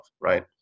right